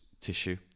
tissue